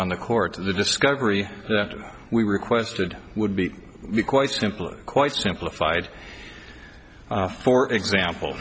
on the court the discovery that we requested would be quite simple quite simplified for example